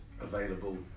available